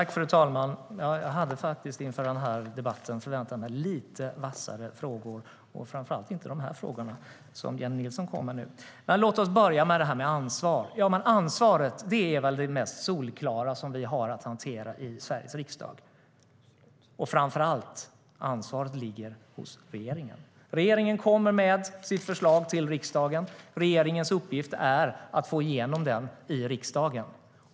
Fru talman! Jag hade inför debatten förväntat mig lite vassare frågor, och framför allt inte de frågor som Jennie Nilsson nu kom med. Låt oss börja med ansvar. Ansvaret är det mest solklara som vi har att hantera i Sveriges riksdag, och framför allt: Ansvaret ligger hos regeringen. Regeringen kommer med sitt förslag till riksdagen. Regeringens uppgift är att få igenom det i riksdagen.